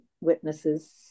witnesses